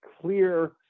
clear